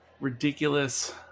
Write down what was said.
ridiculous